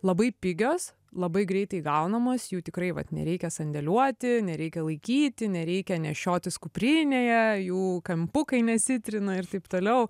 labai pigios labai greitai gaunamos jų tikrai vat nereikia sandėliuoti nereikia laikyti nereikia nešiotis kuprinėje jų kampukai nesitrina ir taip toliau